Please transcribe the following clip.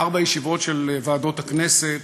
בארבע ישיבות של ועדות הכנסת.